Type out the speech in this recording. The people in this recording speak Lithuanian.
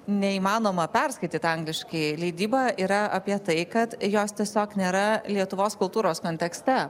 neįmanoma perskaityt angliškai leidyba yra apie tai kad jos tiesiog nėra lietuvos kultūros kontekste